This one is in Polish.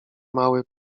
mały